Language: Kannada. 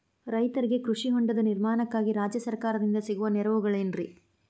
ರೈತರಿಗೆ ಕೃಷಿ ಹೊಂಡದ ನಿರ್ಮಾಣಕ್ಕಾಗಿ ರಾಜ್ಯ ಸರ್ಕಾರದಿಂದ ಸಿಗುವ ನೆರವುಗಳೇನ್ರಿ?